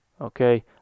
Okay